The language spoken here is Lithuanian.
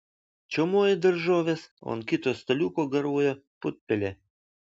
čiaumoji daržoves o ant kito staliuko garuoja putpelė